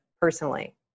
personally